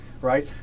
right